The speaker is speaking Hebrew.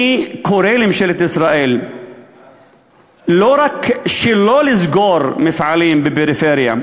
אני קורא לממשלת ישראל לא רק שלא לסגור מפעלים בפריפריה,